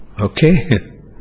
Okay